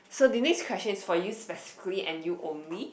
so the next question is for your specifically and you only